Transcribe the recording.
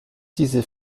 diese